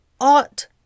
ought